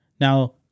Now